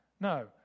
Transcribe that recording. No